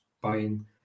buying